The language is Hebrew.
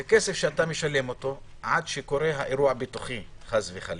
זה כסף שאתה משלם אותו עד שקורה האירוע הביטוחי חלילה,